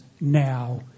now